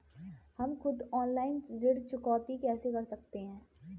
हम खुद ऑनलाइन ऋण चुकौती कैसे कर सकते हैं?